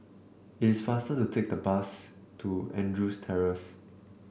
it is faster to take the bus to Andrews Terrace